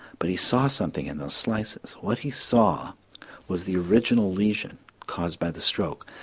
but he saw something in those slices. what he saw was the original lesion caused by the stroke,